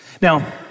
Now